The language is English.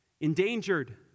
endangered